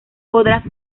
podrás